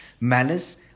malice